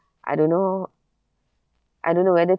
I don't know I don't know whether